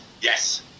yes